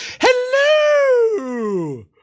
Hello